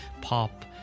pop